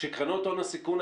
כשקרנות הון הסיכון,